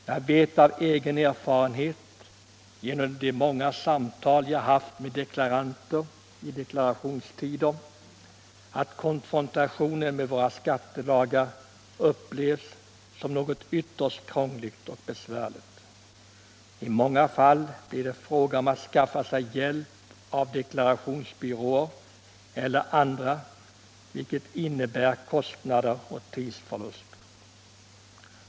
Jag vet av egen erfarenhet, genom de många samtal jag haft med deklaranter i deklarationstider, att man vid konfrontationen med våra skattelagar upplever dem som något ytterst krångligt och besvärligt. I många fall blir det fråga om att skaffa sig hjälp av deklarationsbyråer eller andra, vilket innebär kostnader och tidsförlust.